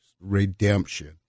redemption